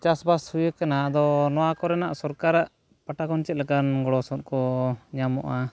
ᱪᱟᱥᱵᱟᱥ ᱦᱩᱭᱟᱠᱟᱱᱟ ᱟᱫᱚ ᱱᱚᱣᱟ ᱠᱚᱨᱮᱱᱟᱜ ᱥᱚᱨᱠᱟᱨᱟᱜ ᱯᱟᱦᱴᱟ ᱠᱷᱚᱱ ᱪᱮᱫ ᱞᱮᱠᱟ ᱜᱚᱲᱚ ᱥᱚᱯᱚᱦᱚᱫ ᱠᱚ ᱧᱟᱢᱚᱜᱼᱟ